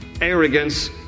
arrogance